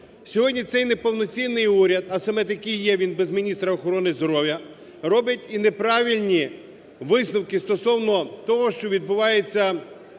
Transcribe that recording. Сьогодні цей неповноцінний уряд, а саме такий є він без міністра охорони здоров'я, робить і неправильні висновки стосовно того, що відбувається